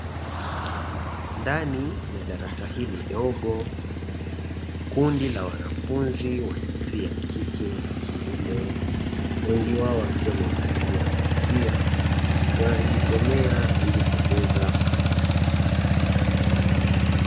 Ndani ya darasa hili dogo kundi la wanafunzi wajinsia yakike na kiume wengi wao wakiwa wamevalia kofia wanajisomea ili kuongeza maarifa.